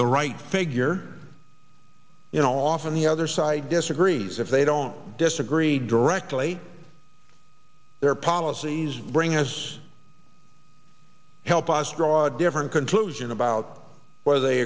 the right figure you know often the other side disagrees if they don't disagree directly their policies bring us help us draw a different conclusion about where they